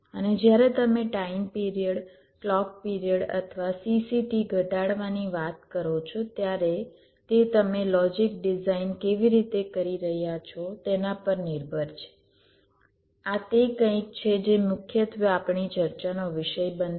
અને જ્યારે તમે ટાઇમ પિરિયડ ક્લૉક પિરિયડ અથવા CCT ઘટાડવાની વાત કરો છો ત્યારે તે તમે લોજિક ડિઝાઇન કેવી રીતે કરી રહ્યા છો તેના પર નિર્ભર છે આ તે કંઈક છે જે મુખ્યત્વે આપણી ચર્ચાનો વિષય બનશે